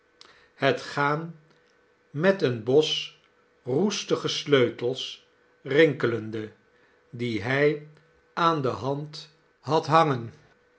het gaan met een bos roestige sleutels rinkelende die hij aan de hand had hangen